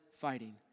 fighting